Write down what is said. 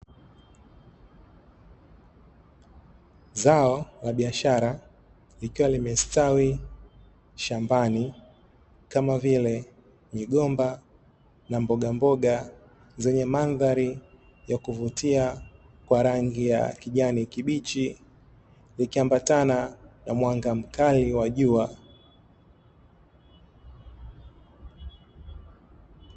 Zao la biashara likiwa limestawi shambani, kama vile migomba na mbogamboga zenye mandhari ya kuvutia kwa rangi ya kijani kibichi, ikiambatana na mwanga mkali wa jua.